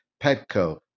Petco